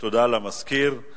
תודה למזכיר.